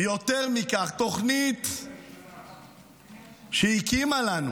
ויותר מכך, תוכנית שהקימה לנו